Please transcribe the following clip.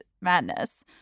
madness